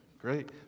Great